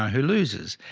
who loses.